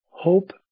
hope